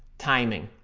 timing.